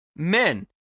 Men